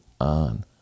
on